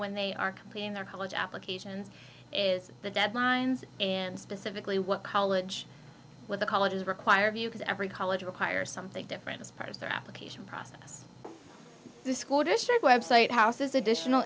when they are completing their college applications is the deadlines and specifically what college with the colleges require of you because every college requires something different as part of their application process the school district website houses additional